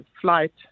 flight